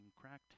cracked